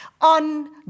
on